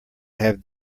have